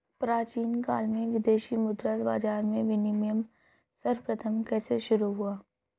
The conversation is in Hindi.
प्राचीन काल में विदेशी मुद्रा बाजार में विनिमय सर्वप्रथम कैसे शुरू हुआ?